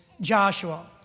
Joshua